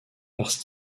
parce